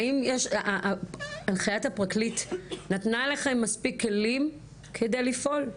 האם הנחיית הפרקליט נתנה לכם מספיק כלים כדי לפעול?